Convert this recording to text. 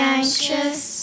anxious